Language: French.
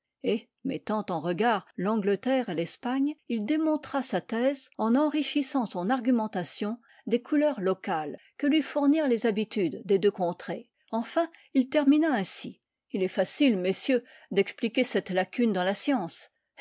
mettant en regard l'angleterre et l'espagne il démontra sa thèse en enrichissant son argiunentation des couleurs locales que lui fournirent les habitudes des deux contrées enfin il termina ainsi il est facile messieurs d'expliquer cette lacune dans la science